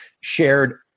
shared